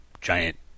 giant